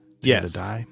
yes